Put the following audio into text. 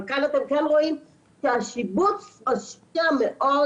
אבל כאן אתם רואים שהשיבוץ משפיע מאוד